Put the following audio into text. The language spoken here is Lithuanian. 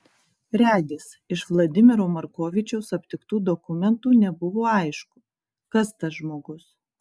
regis iš vladimiro markovičiaus aptiktų dokumentų nebuvo aišku kas tas žmogus